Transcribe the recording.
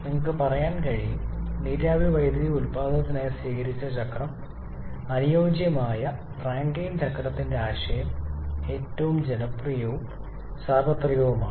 നിങ്ങൾക്ക് പറയാൻ കഴിയുo നീരാവി വൈദ്യുതി ഉൽപാദനത്തിനായി സ്വീകരിച്ച ചക്രം അനുയോജ്യമായ റാങ്കൈൻ ചക്രത്തിന്റെ ആശയം ഏറ്റവും ജനപ്രിയവും സാർവത്രികവുമാണ്